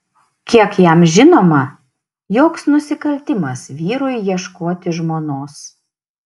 kiek jam žinoma joks nusikaltimas vyrui ieškoti žmonos